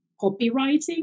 copywriting